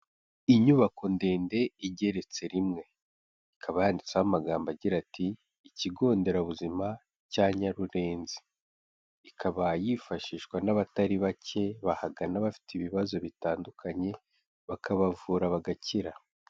Inyubako ndende igeretse rimwe, ikaba yanditseho amagambo agira ati ikigo nderabuzima cya Nyarurenzi ikaba yifashishwa n'abatari bake bahagana bafite ibibazo bitandukanye, bakabavura bagakira.